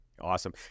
awesome